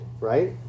right